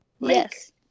yes